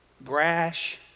brash